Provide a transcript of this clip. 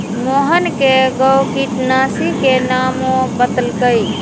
मोहन कै गो किटनाशी के नामो बतलकई